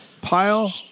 pile